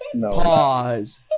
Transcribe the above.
Pause